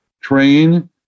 train